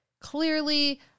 clearly